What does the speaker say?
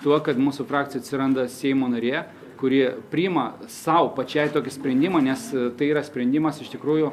tuo kad mūsų frakcijoj atsiranda seimo narie kuri priima sau pačiai tokį sprendimą nes tai yra sprendimas iš tikrųjų